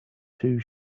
two